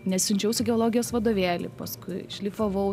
nes siunčiausi geologijos vadovėlį paskui šlifavau